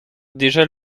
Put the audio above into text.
déjà